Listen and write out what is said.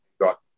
got